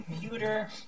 computer